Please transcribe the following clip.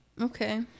Okay